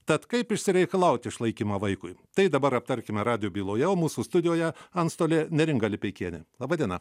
tad kaip išsireikalauti išlaikymą vaikui tai dabar aptarkime radijo byloje o mūsų studijoje antstolė neringa lipeikienė laba diena